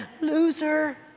loser